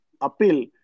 appeal